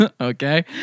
Okay